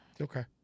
Okay